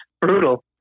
brutal